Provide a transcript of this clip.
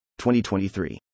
2023